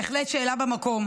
בהחלט שאלה במקום.